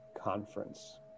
conference